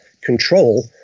control